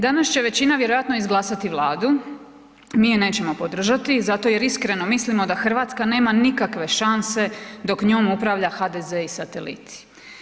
Danas će većina vjerojatno izglasati Vladu, mi je nećemo podržati zato jer iskreno mislimo da Hrvatska nema nikakve šanse dok njom upravlja HDZ i sateliti.